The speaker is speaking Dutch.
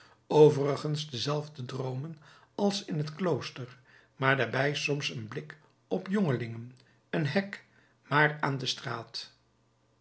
overigens dezelfde droomen als in het klooster maar daarbij soms een blik op jongelingen een hek maar aan de straat